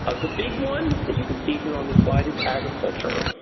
ah the big one that you can see here on this slide is agriculture.